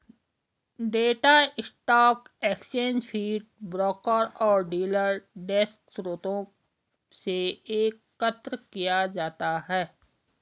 data stock exchange feed, broker और dealer desk स्रोतों से एकत्र किया जाता है